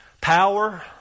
power